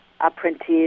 apprentice